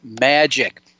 magic